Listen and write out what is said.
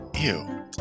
Ew